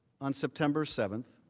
on september seven